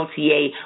LTA